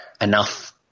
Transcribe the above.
enough